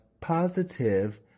positive